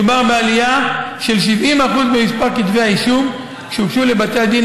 מדובר בעלייה של 70% במספר כתבי האישום שהוגשו לבתי הדין